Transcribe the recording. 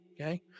Okay